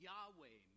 Yahweh